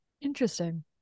Interesting